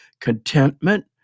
contentment